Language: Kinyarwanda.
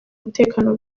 umutekano